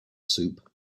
soup